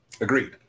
agreed